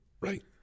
Right